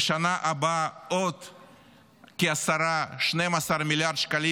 ובשנה הבאה עוד כ-10 12 מיליארד שקלים,